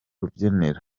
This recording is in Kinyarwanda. rubyiniro